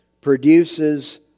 produces